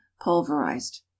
pulverized